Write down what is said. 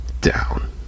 down